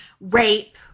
rape